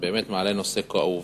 באמת מעלה נושא כאוב.